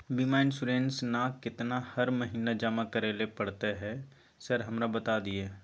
बीमा इन्सुरेंस ना केतना हर महीना जमा करैले पड़ता है सर हमरा बता दिय?